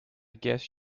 guess